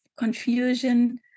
confusion